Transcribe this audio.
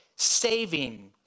saving